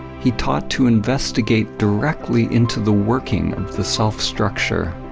he taught to investigate directly into the working of the self structure.